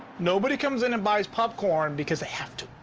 nobody comes in and buys popcorn because they have too.